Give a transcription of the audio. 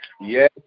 Yes